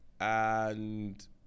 and-